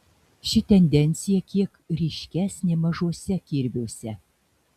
ši tendencija kiek ryškesnė mažuose kirviuose